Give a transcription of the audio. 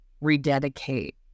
rededicate